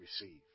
receive